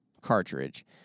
cartridge